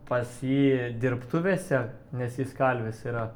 pas jį dirbtuvėse nes jis kalvis yra